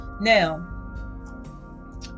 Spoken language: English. now